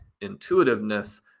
intuitiveness